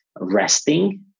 resting